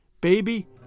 baby